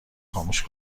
خاموش